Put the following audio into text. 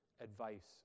advice